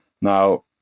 Now